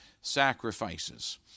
sacrifices